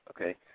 okay